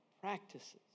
practices